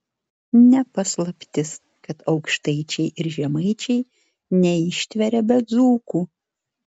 ne paslaptis kad aukštaičiai ir žemaičiai neištveria be dzūkų